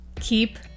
keep